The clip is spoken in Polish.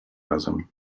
razem